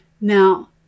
Now